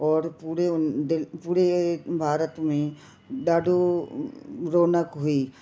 और पूरे उ दिलि पूरे भारत में ॾाढो रौनक़ हुई